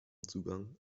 zugang